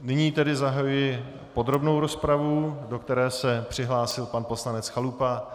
Nyní tedy zahajuji podrobnou rozpravu, do které se přihlásil pan poslanec Chalupa.